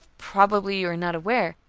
probably you are not aware,